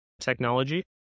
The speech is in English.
technology